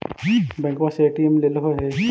बैंकवा से ए.टी.एम लेलहो है?